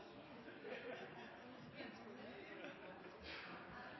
så skal